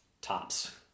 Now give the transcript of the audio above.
tops